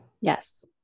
Yes